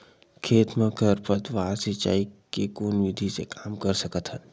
खेत म खरपतवार सिंचाई के कोन विधि से कम कर सकथन?